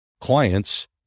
clients